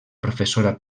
professora